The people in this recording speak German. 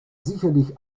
sicherlich